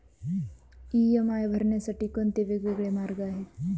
EMI भरण्यासाठी कोणते वेगवेगळे मार्ग आहेत?